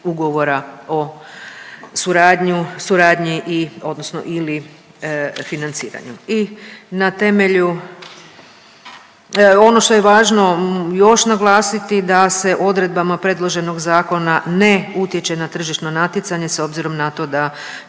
ugovora o suradnji i, odnosno ili financiranju. I na temelju, ono što je važno još naglasiti da se odredbama predloženog zakona ne utječe na tržišno natjecanje, s obzirom na to da